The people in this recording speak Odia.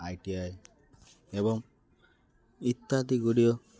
ଆଇ ଟି ଆଇ ଏବଂ ଇତ୍ୟାଦି ଗୁଡ଼ିିକ